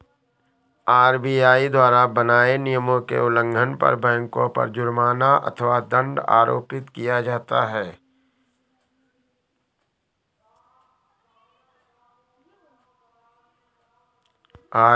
RBI द्वारा बनाए नियमों के उल्लंघन पर बैंकों पर जुर्माना अथवा दंड आरोपित किया जाता है